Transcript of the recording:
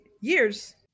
Years